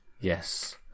Yes